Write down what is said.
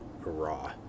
raw